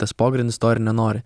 tas pogrindis to ir nenori